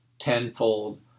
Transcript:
Tenfold